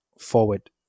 forward